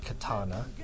katana